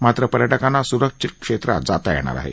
मात्र पर्यटकांना सुरक्षित क्षेत्रात जाता येणार आहे